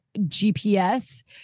GPS